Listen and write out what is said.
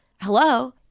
Hello